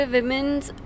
Women's